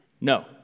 No